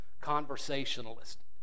conversationalist